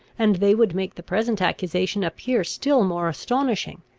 and they would make the present accusation appear still more astonishing.